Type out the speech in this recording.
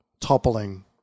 toppling